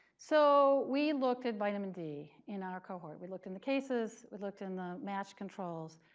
so we looked at vitamin d in our cohort. we looked in the cases. we looked in the match controls,